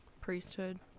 priesthood